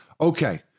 Okay